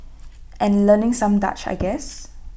and learning some Dutch I guess